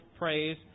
praise